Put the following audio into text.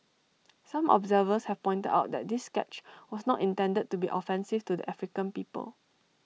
some observers have pointed out that this sketch was not intended to be offensive to the African people